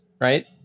Right